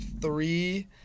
three